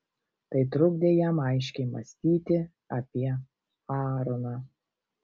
tai trukdė jam aiškiai mąstyti apie aaroną